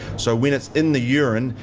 so when it's in the urine,